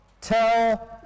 tell